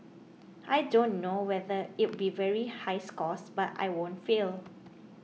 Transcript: I don't know whether it'll be very high scores but I won't fail